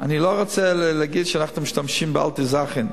אני לא רוצה להגיד שאנחנו משתמשים באלטע-זאכן.